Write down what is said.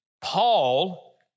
Paul